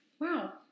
Wow